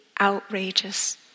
outrageous